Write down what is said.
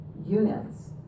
units